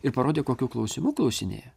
ir parodė kokių klausimų klausinėja